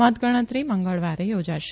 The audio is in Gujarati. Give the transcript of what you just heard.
મતગણતરી મંગળવારે યોજાશે